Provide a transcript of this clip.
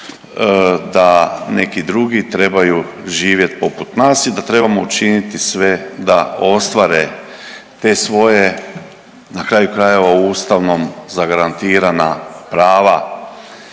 da neki drugi trebaju živjet poput nas i da trebamo učiniti sve da ostvare te svoje na kraju krajeva ustavom zagarantirana prava